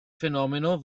fenomeno